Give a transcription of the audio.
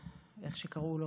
איך שקראו לו,